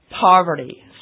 poverty